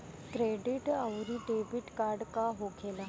Credit आउरी debit card का होखेला?